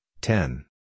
ten